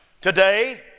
Today